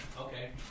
Okay